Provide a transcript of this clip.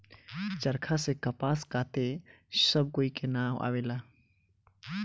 चरखा से कपास काते सब कोई के ना आवेला